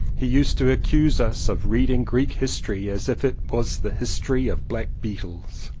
he used to accuse us of reading greek history as if it was the history of black beetles.